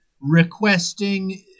requesting